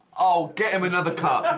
oh, get him another cup.